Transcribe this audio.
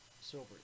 silver